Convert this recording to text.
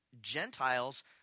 gentiles